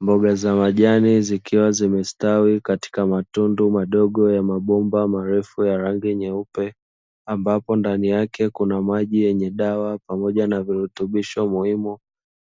Mboga za majani zikiwa zimestawi katika matundu madogo ya mabomba marefu ya rangi nyeupe, ambapo ndani yake kuna maji yenye dawa pamoja na virutubisho muhimu